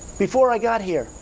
before i got here!